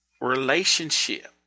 relationship